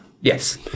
Yes